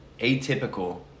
atypical